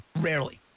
Rarely